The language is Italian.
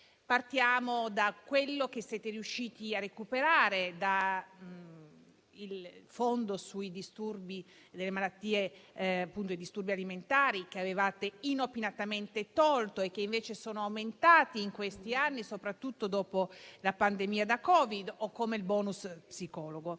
Partiamo da quello che siete riusciti a recuperare, come il fondo sui disturbi alimentari, che avevate inopinatamente tolto, rispetto a disturbi che invece sono aumentati in questi anni, soprattutto dopo la pandemia da Covid-19, o come il *bonus* psicologo.